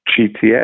GTA